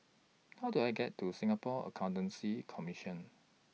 How Do I get to Singapore Accountancy Commission